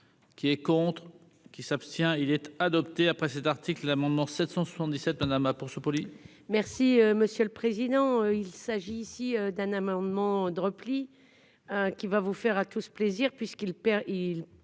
qui est contre. Qui s'abstient-il être adopté après cet article, l'amendement 777 Manama pour ce prix. Merci monsieur le président, il s'agit ici d'un amendement de repli qui va vous faire à tout ce plaisir puisqu'il perd,